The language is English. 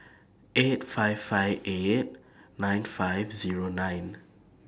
eight five five eight nine five Zero nine